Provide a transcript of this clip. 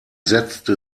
setzte